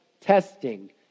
testing